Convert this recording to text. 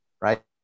right